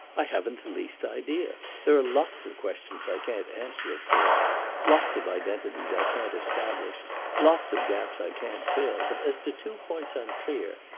i haven't the least idea. there are lots of questions i can't answer, of course lots of identities i can't establish lots of gaps i can't fill. but as to two points i'm clear,